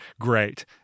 Great